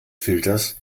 filters